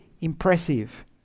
impressive